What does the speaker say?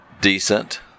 decent